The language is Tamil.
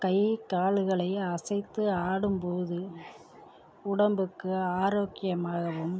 கை கால்களை அசைத்து ஆடும்போது உடம்புக்கு ஆரோக்கியமாகவும்